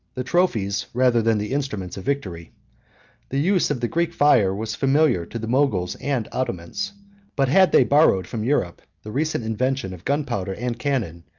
the trophies, rather than the instruments, of victory the use of the greek fire was familiar to the moguls and ottomans but had they borrowed from europe the recent invention of gunpowder and cannon,